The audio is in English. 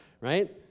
right